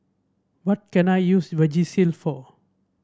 what can I use Vagisil for